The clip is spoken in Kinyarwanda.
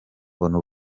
mbona